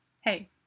Hey